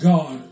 God